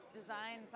design